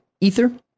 Ether